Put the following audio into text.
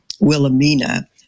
Wilhelmina